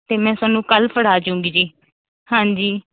ਅਤੇ ਮੈਂ ਤੁਹਾਨੂੰ ਕੱਲ ਫੜਾ ਜੁੰਗੀ ਜੀ ਹਾਂਜੀ